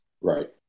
Right